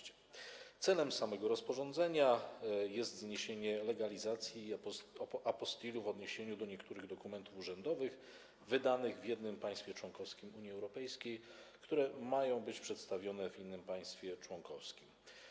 Celem samego rozporządzenia jest zniesienie legalizacji i apostille w odniesieniu do niektórych dokumentów urzędowych wydanych w jednym państwie członkowskim Unii Europejskiej, które mają być przedstawione w innym państwie członkowskim.